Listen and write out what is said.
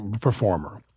performer